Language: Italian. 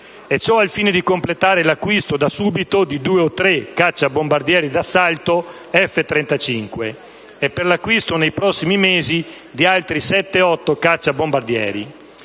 Ciò al fine di completare l'acquisto da subito di due o tre cacciabombardieri d'assalto F-35 e per l'acquisto nei prossimi mesi di altri sette-otto cacciabombardieri.